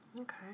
Okay